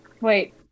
Wait